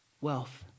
wealth